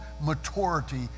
maturity